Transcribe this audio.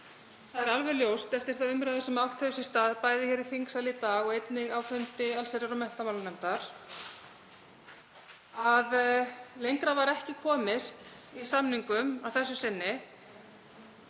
það er alveg ljóst eftir þá umræðu sem átt hefur sér stað, bæði í þingsal í dag og einnig á fundi allsherjar- og menntamálanefndar, að lengra varð ekki komist í samningum að þessu sinni